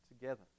together